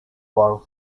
for